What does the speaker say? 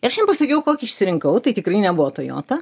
ir aš jam pasakiau kokį išsirinkau tai tikrai nebuvo tojota